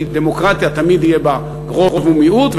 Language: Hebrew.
כי דמוקרטיה תמיד יהיה בה רוב ומיעוט,